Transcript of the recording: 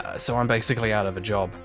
ah so i'm basically out of a job.